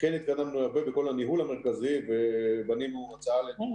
כן התקדמנו הרבה בכל הניהול המרכזי ובנינו הצעה לניהול